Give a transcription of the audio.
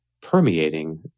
permeating